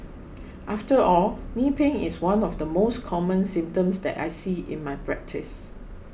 after all knee pain is one of the most common symptoms that I see in my practice